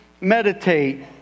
meditate